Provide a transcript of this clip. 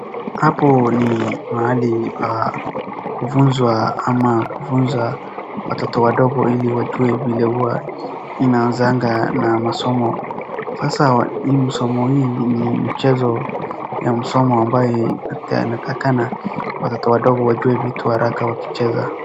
Hapo ni mahali pa kufunzwa ama kufunza watoto wadogo ili wajue vile huwa inaanzanga na masomo. Sasa masomo hii ni mchezo ya masomo ambaye inatakikana watoto wadogo wajue vitu haraka wakicheza.